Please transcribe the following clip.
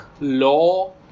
law